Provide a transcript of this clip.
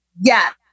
Yes